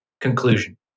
Conclusion